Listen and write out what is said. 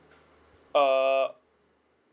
err